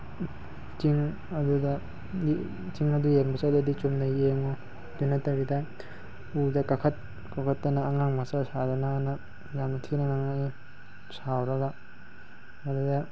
ꯆꯤꯡ ꯑꯗꯨꯗ ꯆꯤꯡ ꯑꯗꯨ ꯌꯦꯡꯕ ꯆꯠꯂꯗꯤ ꯆꯨꯝꯅ ꯌꯦꯡꯉꯨ ꯑꯗꯨ ꯅꯠꯇꯕꯤꯗ ꯎꯗ ꯀꯥꯈꯠ ꯈꯣꯀꯠꯇꯅ ꯑꯉꯥꯡ ꯃꯆꯥ ꯁꯥꯗꯅ ꯍꯥꯏꯅ ꯌꯥꯝꯅ ꯊꯤꯅ ꯉꯥꯡꯉꯛꯏ ꯁꯥꯎꯔꯒ ꯃꯗꯨꯗ